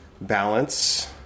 balance